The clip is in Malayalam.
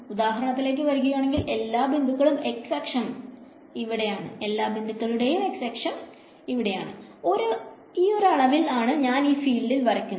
ഉദാഹരണത്തിലേക്ക് വരുകയാണെങ്കിൽ എല്ലാ ബിന്ദുക്കളിലും x അക്ഷം ഇവിടെയാണ് ഈ ഒരു അളവിൽ ആണ് ഞാൻ ഈ ഫീൽഡിൽ വരക്കുന്നത്